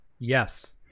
yes